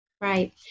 Right